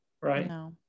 right